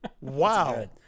wow